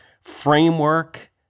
framework